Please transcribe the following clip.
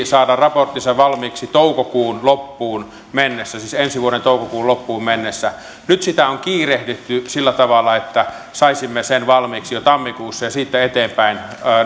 saada raporttinsa valmiiksi toukokuun loppuun mennessä siis ensi vuoden toukokuun loppuun mennessä nyt sitä on kiirehditty sillä tavalla että saisimme sen valmiiksi jo tammikuussa ja siitä eteenpäin